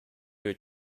your